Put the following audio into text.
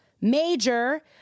major